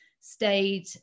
stayed